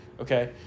Okay